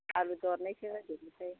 आलु दरनैसो होदेरनोसै